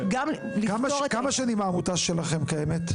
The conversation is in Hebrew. לפתור- -- כמה שנים העמותה שלכם קיימת?